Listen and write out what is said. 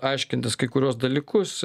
aiškintis kai kuriuos dalykus